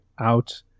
out